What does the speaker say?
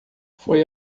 foi